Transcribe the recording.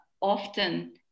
often